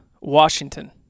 Washington